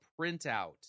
printout